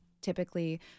typically